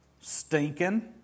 stinking